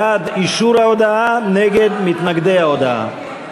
בעד, אישור ההודעה, נגד, מתנגדי ההודעה.